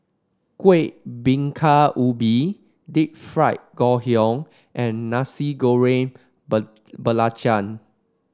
Kueh Bingka Ubi Deep Fried Ngoh Hiang and Nasi Goreng Belacan